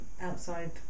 outside